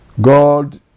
God